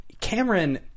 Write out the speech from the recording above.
Cameron